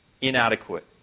inadequate